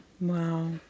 Wow